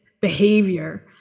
behavior